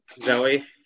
Zoe